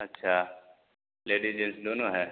अच्छा ladies gents दोनों है